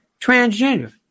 transgender